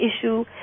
issue